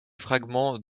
fragments